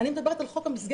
אני מדברת על חוק המסגרת.